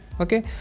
Okay